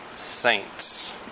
saints